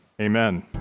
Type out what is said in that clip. Amen